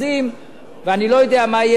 ואני לא יודע מה יהיה בדרך,